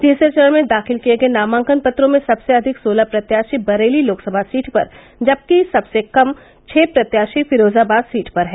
तीसरे चरण में दाखिल किये गये नामांकन पत्रों में सबसे अधिक सोलह प्रत्याशी बरेली लोकसभा सीट पर जबकि सबसे कम छह प्रत्याशी फिरोजाबाद सीट पर है